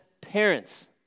parents